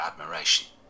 admiration